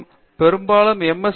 மற்றும் பெரும்பாலும் எம்